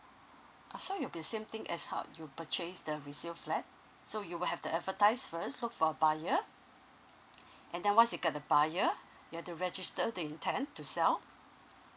so it'll be same thing as how you purchase the resale flat so you will have to advertise first look for a buyer and then once you get a buyer you're to register to intend to sell